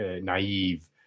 naive